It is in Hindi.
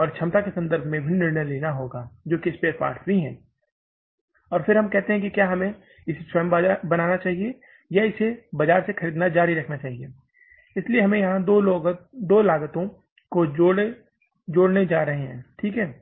और क्षमता के संबंध में भी निर्णय लेना होगा जो कि स्पेयर पार्ट भी हैं और फिर हम कहते हैं कि क्या हमें इसे स्वयं बनाना चाहिए या हमें इसे बाजार से इसे खरीदना जारी रखें इसलिए हम यहां दो लागतों को जोड़ने जा रहे हैं ठीक है